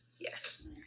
Yes